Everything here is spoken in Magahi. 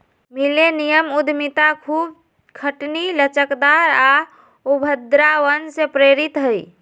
मिलेनियम उद्यमिता खूब खटनी, लचकदार आऽ उद्भावन से प्रेरित हइ